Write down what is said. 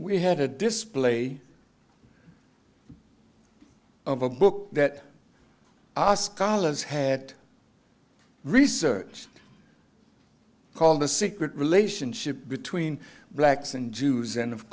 we had a display of a book that our scholars had researched called a secret relationship between blacks and jews and of